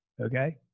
Okay